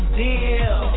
deal